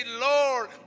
Lord